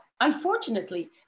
unfortunately